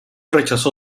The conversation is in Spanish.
rechazo